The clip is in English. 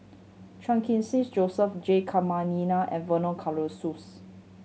Chan Khun Sing Joseph J Jayamani and Vernon Cornelius